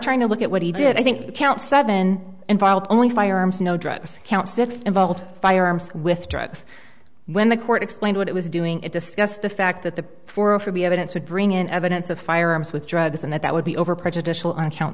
trying to look at what he did i think count seven involved only firearms no drugs count six involved firearms with drugs when the court explained what it was doing it discussed the fact that the four of for be evidence would bring in evidence of firearms with drugs and that would be over prejudicial on count